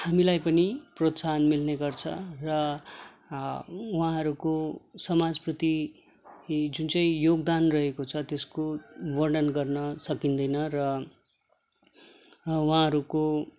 हामीलाई पनि प्रोत्साहन मिल्ने गर्छ र उहाँहरूको समाजप्रति जुन चाहिँ योगदान रहेको छ त्यसको वर्णन गर्न सकिँदैन र उहाँहरूको